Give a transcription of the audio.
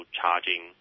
charging